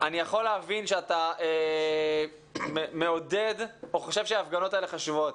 אני יכול להבין שאתה מעודד או חושב שההפגנות האלה חשובות,